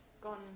gone